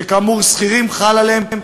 כשכאמור שכירים חלה עליהם,